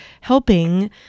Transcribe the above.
helping